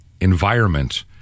environment